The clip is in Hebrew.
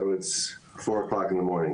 השעה ארבע בבוקר,